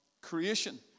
creation